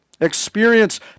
Experience